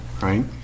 right